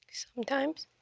sometimes.